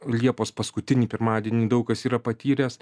liepos paskutinį pirmadienį daug kas yra patyręs